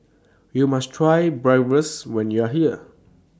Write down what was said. YOU must Try Bratwurst when YOU Are here